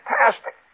fantastic